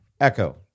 Echo